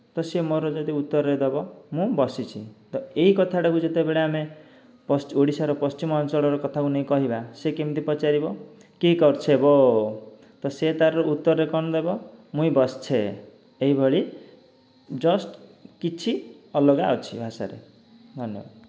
ତ ସିଏ ମୋର ଯଦି ଉତ୍ତରରେ ଦେବ ମୁଁ ବସିଛି ତ ଏଇ କଥାଟାକୁ ଯେତେବେଳେ ଆମେ ଓଡ଼ିଶାର ପଶ୍ଚିମ ଅଞ୍ଚଳର କଥାକୁ ନେଇ କହିବା ସେ କେମିତି ପଚାରିବ କି କରୁଛେଗୋ ତ ସେ ତାର ଉତ୍ତରରେ କ'ଣ ଦେବ ମୁଇଁ ବସ୍ଛେ ଏହିଭଳି ଜଷ୍ଟ କିଛି ଅଲଗା ଅଛି ଭାଷାରେ ଧନ୍ୟବାଦ